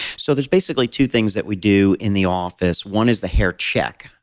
so there's, basically, two things that we do in the office. one is the haircheck,